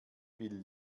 will